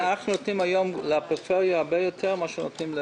אנחנו נותנים היום לפריפריה הרבה יותר מאשר נותנים,